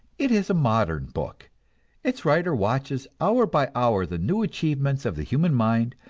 it is a modern book its writer watches hour by hour the new achievements of the human mind,